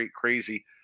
crazy